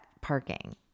parking